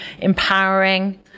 empowering